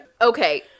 Okay